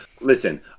listen